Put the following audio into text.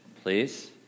please